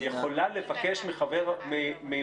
יכולה לבקש מהמבקר.